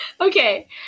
okay